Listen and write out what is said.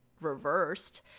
reversed